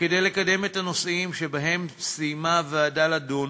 וכדי לקדם את הנושאים שבהם סיימה הוועדה לדון,